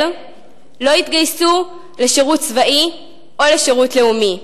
לא יתגייסו לשירות צבאי או לשירות לאומי.